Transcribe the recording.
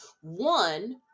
one